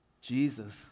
Jesus